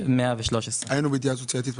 מספר 717 ו-716 לגבי החברה הדרוזית והצ'רקסית,